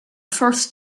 first